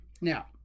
Now